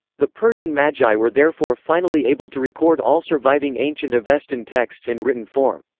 the persian magi were therefore finally able to record all surviving ancient avestan texts in written form.